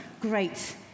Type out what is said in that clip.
great